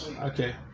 Okay